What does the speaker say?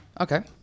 Okay